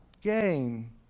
game